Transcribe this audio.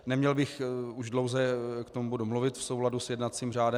Neměl bych už dlouze k tomu bodu mluvit v souladu s jednacím řádem.